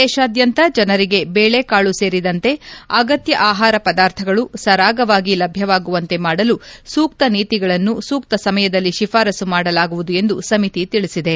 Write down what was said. ದೇಶಾದ್ನಂತ ಜನರಿಗೆ ಬೇಳೆಕಾಳು ಸೇರಿದಂತೆ ಅಗತ್ತ ಆಹಾರ ಪದಾರ್ಥಗಳು ಸರಾಗವಾಗಿ ಲಭ್ಞವಾಗುವಂತೆ ಮಾಡಲು ಸೂಕ್ತ ನೀತಿಗಳನ್ನು ಸೂಕ್ತ ಸಮಯದಲ್ಲಿ ಶಿಫಾರಸು ಮಾಡಲಾಗುವುದು ಎಂದು ಸಮಿತಿ ತಿಳಿಸಿದೆ